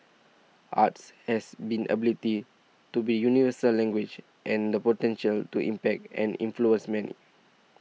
arts has been ability to be universal language and the potential to impact and influence many